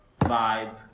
vibe